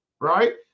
right